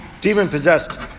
demon-possessed